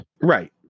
Right